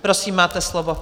Prosím, máte slovo.